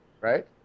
right